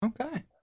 Okay